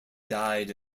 died